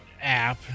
app